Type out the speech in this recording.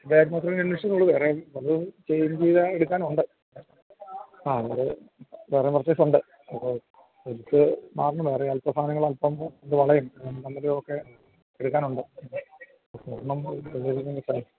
ഇതിൻ്റെ കാര്യം മാത്രമേ അന്വേഷിക്കുന്നുള്ളൂ വേറെ പലതും ചെയ്ഞ്ചെയ്ത് എടുക്കാനുണ്ട് ആ ഒരു വേറെ പർച്ചേസുണ്ട് അപ്പോള് എനിക്ക് മാറണം വേറെ അല്പം സാധനങ്ങൾ അല്പം വളയും കമ്മലും ഒക്കെ എടുക്കാനുണ്ട് സ്വർണം